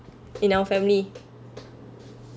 in our family